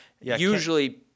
usually